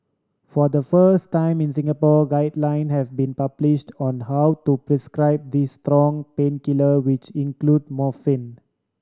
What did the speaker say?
for the first time in Singapore guideline have been published on how to prescribe these strong painkiller which include morphine